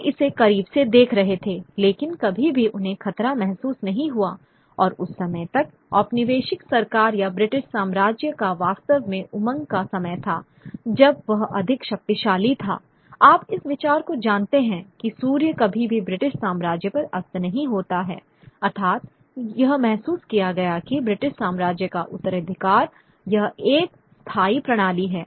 वे इसे करीब से देख रहे थे लेकिन कभी भी उन्हें खतरा महसूस नहीं हुआ और उस समय तक औपनिवेशिक सरकार या ब्रिटिश साम्राज्य का वास्तव में उमंग का समय था जब वह अधिक शक्तिशाली था आप इस विचार को जानते हैं कि सूर्य कभी भी ब्रिटिश साम्राज्य पर अस्त नहीं होता है अर्थात यह महसूस किया गया कि ब्रिटिश साम्राज्य का उत्तराधिकार यह एक स्थायी प्रणाली है